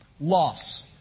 loss